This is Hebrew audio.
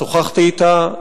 שוחחתי אתה,